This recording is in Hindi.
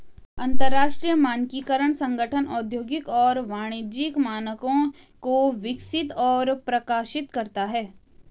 अंतरराष्ट्रीय मानकीकरण संगठन औद्योगिक और वाणिज्यिक मानकों को विकसित और प्रकाशित करता है